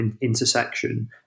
intersection